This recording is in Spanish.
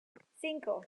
cinco